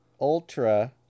Ultra